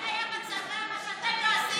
הוא עדיין היה בצבא, מה שאתם לא עשיתם.